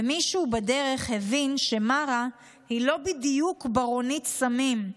ומישהו בדרך הבין שמארה היא לא בדיוק ברונית סמים,